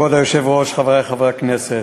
כבוד היושב-ראש, חברי חברי הכנסת,